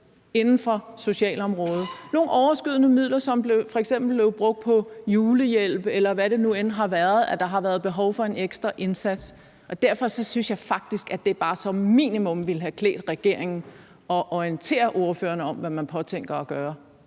inden for socialområdet, som f.eks. blev brugt på julehjælp, eller hvor det nu end har været der har været behov for en ekstra indsats. Derfor synes jeg faktisk, at det bare som minimum ville have klædt regeringen at orientere ordførerne om, hvad man påtænkte at gøre.